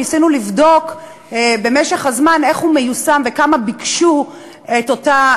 ניסינו לבדוק במשך הזמן איך הוא מיושם וכמה ביקשו את אותה